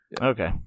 okay